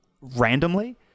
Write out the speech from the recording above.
randomly